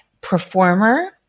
performer